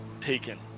taken